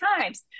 times